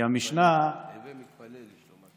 "הווי מתפלל בשלומה של מלכות".